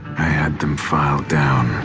had them filed down.